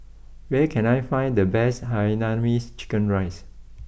where can I find the best Hainanese Chicken Rice